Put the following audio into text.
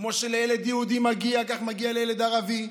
כמו שלילד יהודי מגיע, כך מגיע לילד ערבי.